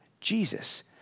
Jesus